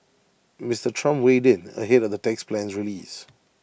Mister Trump weighed in ahead of the tax plan's release